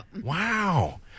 Wow